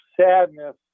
sadness